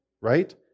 right